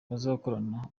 bazakorana